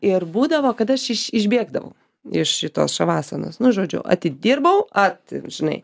ir būdavo kad aš iš išbėgdavau iš šitos šavasanos nu žodžiu atidirbau at žinai